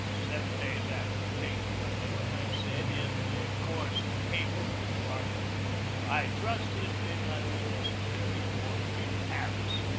seven days after the taking of manila, i said, in the course of a cable to the depart ment i trust that it may not be necessary to order me to paris.